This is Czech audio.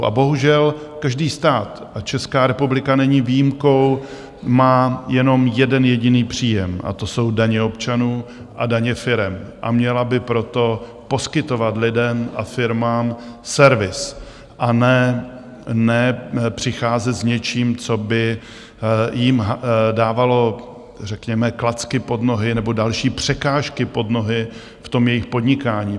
A bohužel každý stát, a Česká republika není výjimkou, má jenom jeden jediný příjem a to jsou daně občanů a daně firem, a měla by proto poskytovat lidem a firmám servis, a ne přicházet s něčím, co by jim dávalo řekněme klacky pod nohy nebo další překážky pod nohy v tom jejich podnikání.